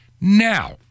Now